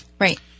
Right